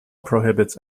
prohibits